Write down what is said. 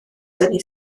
dynnu